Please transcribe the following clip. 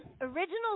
original